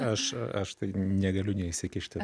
aš aš tai negaliu neįsikišti